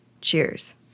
Cheers